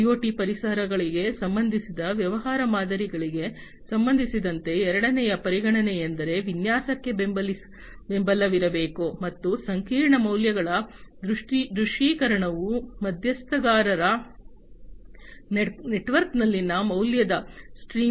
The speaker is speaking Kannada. ಐಒಟಿ ಪರಿಸರಗಳಿಗೆ ಸಂಬಂಧಿಸಿದ ವ್ಯವಹಾರ ಮಾದರಿಗಳಿಗೆ ಸಂಬಂಧಿಸಿದಂತೆ ಎರಡನೆಯ ಪರಿಗಣನೆಯೆಂದರೆ ವಿನ್ಯಾಸಕ್ಕೆ ಬೆಂಬಲವಿರಬೇಕು ಮತ್ತು ಸಂಕೀರ್ಣ ಮೌಲ್ಯಗಳ ದೃಶ್ಯೀಕರಣವು ಮಧ್ಯಸ್ಥಗಾರರ ನೆಟ್ವರ್ಕ್ನಲ್ಲಿನ ಮೌಲ್ಯದ ಸ್ಟ್ರೀಮ್ಗಳು